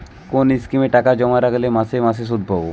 কোন স্কিমে টাকা জমা রাখলে মাসে মাসে সুদ পাব?